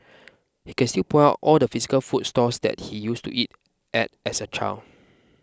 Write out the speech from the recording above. he can still point all the physical food stalls that he used to eat at as a child